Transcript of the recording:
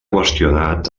qüestionat